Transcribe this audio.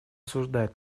осуждает